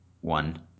one